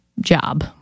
job